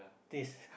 this